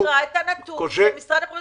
תקרא את הנתון של משרד הבריאות.